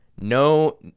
No